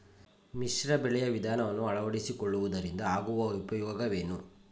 ಮಿಶ್ರ ಬೆಳೆಯ ವಿಧಾನವನ್ನು ಆಳವಡಿಸಿಕೊಳ್ಳುವುದರಿಂದ ಆಗುವ ಉಪಯೋಗವೇನು?